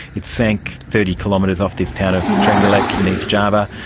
it sank thirty kilometres off this town of trenggalek in east java.